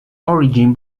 origin